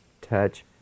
touch